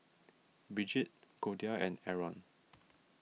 Brigitte Goldia and Arron